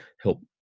help